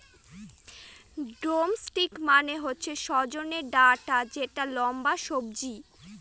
drumstick মানে হচ্ছে সজনে ডাটা যেটা লম্বা সবজি